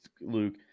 Luke